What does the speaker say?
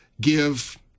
give